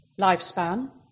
lifespan